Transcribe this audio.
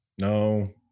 No